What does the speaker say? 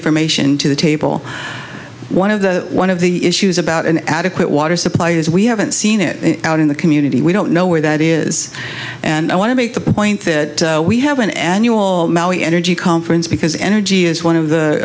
information to the table one of the one of the issues about an adequate water supply is we haven't seen it out in the community we don't know where that is and i want to make the point that we have an annual energy conference because energy is one of